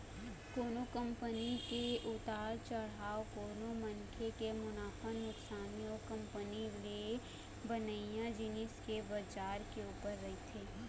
कोनो कंपनी के उतार चढ़ाव कोनो मनखे के मुनाफा नुकसानी ओ कंपनी ले बनइया जिनिस के बजार के ऊपर रहिथे